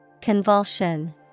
Convulsion